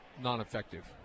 non-effective